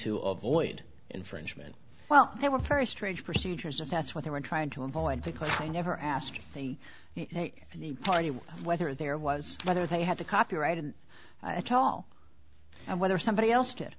to avoid infringement well they were very strange procedures if that's what they were trying to avoid because i never asked the party whether there was whether they had the copyrighted at all and whether somebody else did